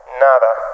Nada